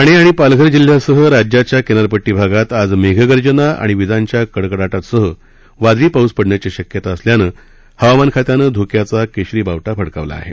ठाणे आणि पालघर जिल्ह्यासह राज्याच्या किनारपट्टी भागात आज मेघगर्जना आणि विजांच्या कडकडाटासह वादळी पाऊस पडण्याची शक्यता असल्यानं हवामान खात्यानं धोक्याचा केशरी बावटा फडकवला आहे